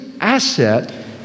asset